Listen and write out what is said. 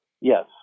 Yes